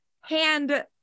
hand